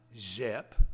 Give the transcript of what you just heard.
Zip